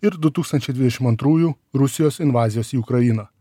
ir du tūkstančiai dvidešim antrųjų rusijos invazijos į ukrainą